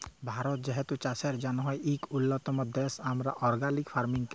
ভারত যেহেতু চাষের জ্যনহে ইক উল্যতম দ্যাশ, আমরা অর্গ্যালিক ফার্মিংও ক্যরি